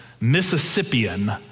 Mississippian